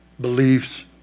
beliefs